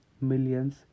millions